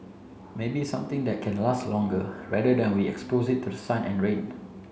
maybe something that can last longer rather than we expose it to the sun and rain